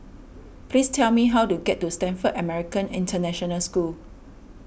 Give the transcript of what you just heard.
please tell me how to get to Stamford American International School